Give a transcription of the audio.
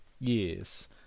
Yes